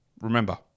remember